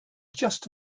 just